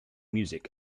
music